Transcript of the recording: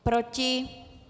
Proti?